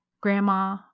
grandma